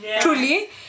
truly